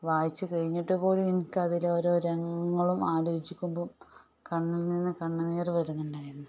വായിച്ച് കഴിഞ്ഞിട്ട് പോലും എനിക്കതിൽ ഓരോ രംഗങ്ങളും ആലോചിക്കുമ്പോൾ കണ്ണിൽ നിന്ന് കണ്ണുനീർ വരുന്നുണ്ടായിരുന്നു